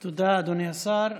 תודה, אדוני השר.